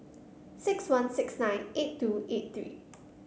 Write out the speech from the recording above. six one six nine eight two eight three